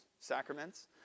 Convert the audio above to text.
sacraments